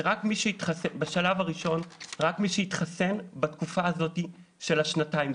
בשלב הראשון, רק מי שהתחסן בתקופה הזו של השנתיים.